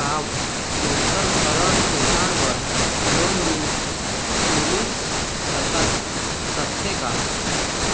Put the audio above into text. का वोकर भरण पोषण बर लोन मिलिस सकथे का?